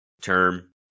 term